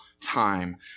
time